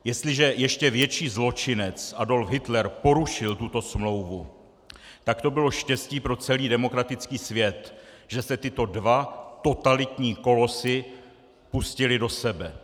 Jestliže ještě větší zločinec Adolf Hitler porušil tuto smlouvu, tak to bylo štěstí pro celý demokratický svět, že se tyto dva totalitní kolosy pustily do sebe.